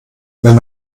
wenn